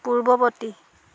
পূৰ্ৱবৰ্তী